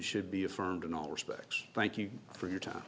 should be affirmed in all respects thank you for your time